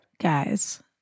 guys